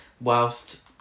whilst